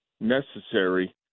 necessary